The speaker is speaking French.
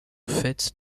faite